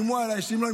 איימו עליי שאם לא,